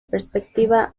perspectiva